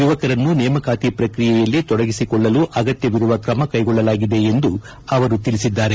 ಯುವಕರನ್ನು ನೇಮಕಾತಿ ಪ್ರಕ್ರಿಯೆಯಲ್ಲಿ ತೊಡಗಿಸಿಕೊಳ್ಳಲು ಅಗತ್ತವಿರುವ ಕ್ರಮ ಕೈಗೊಳ್ಳಲಾಗಿದೆ ಎಂದು ಅವರು ತಿಳಿಸಿದ್ದಾರೆ